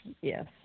Yes